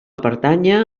pertànyer